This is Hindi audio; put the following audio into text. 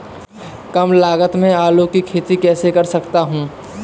कम लागत में आलू की खेती कैसे कर सकता हूँ?